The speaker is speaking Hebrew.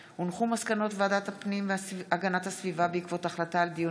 מסקנות ועדת הפנים והגנת הסביבה בעקבות דיון